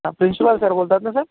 principal sir बोलतात ना sir